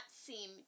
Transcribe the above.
seem